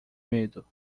medo